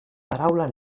paraula